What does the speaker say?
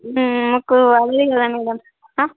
మాకు అర్లీగా కానీ